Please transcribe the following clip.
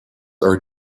are